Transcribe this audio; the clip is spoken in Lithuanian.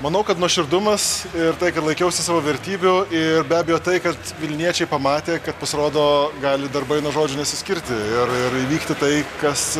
manau kad nuoširdumas ir tai kad laikiausi savo vertybių ir be abejo tai kad vilniečiai pamatė kad pasirodo gali darbai nuo žodžių nesiskirti ir ir įvykti tai kas